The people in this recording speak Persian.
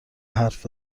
حرف